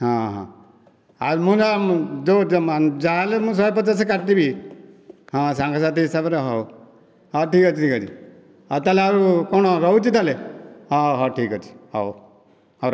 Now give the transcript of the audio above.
ହଁ ହଁ ଆଉ ମୁଁ ନା ଯାହା ହେଲେ ବି ଶହେ ପଚାଶ କାଟିବି ହଁ ସାଙ୍ଗସାଥି ହିସାବରେ ହେଉ ହଁ ଠିକ ଅଛି ଠିକ ଅଛି ଆଉ ତାହେଲେ ଆଉ କ'ଣ ରହୁଛି ତା ହେଲେ ଓ ହୋ ଠିକ ଅଛି ହେଉ